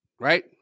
right